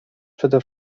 przede